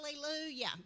Hallelujah